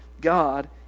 God